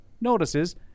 notices